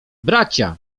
bracia